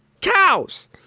cows